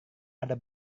ada